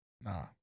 Nah